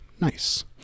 Nice